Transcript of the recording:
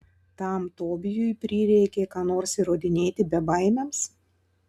kam tobijui prireikė ką nors įrodinėti bebaimiams